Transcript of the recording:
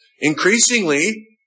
Increasingly